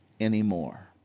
anymore